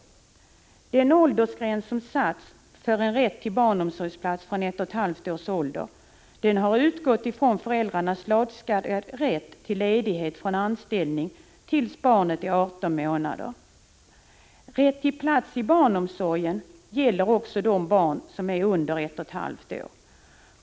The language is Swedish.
Beträffande den åldersgräns på ett och ett halvt år som har satts för rätten till barnomsorgsplats har man utgått från föräldrarnas lagstadgade rätt till ledighet från anställning till dess barnet är 18 månader. Rätt till plats i barnomsorgen gäller även de barn som är under ett och ett halvt år.